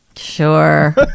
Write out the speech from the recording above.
sure